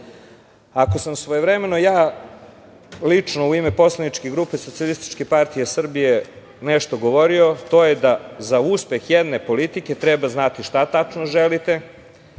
sam svojevremeno ja lično u ime poslaničke grupe SPS nešto govorio, to je da za uspeh jedne politike treba znati šta tačno želite,